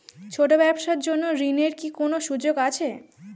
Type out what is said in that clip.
ছোট ব্যবসার জন্য ঋণ এর কি কোন সুযোগ আছে?